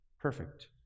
perfect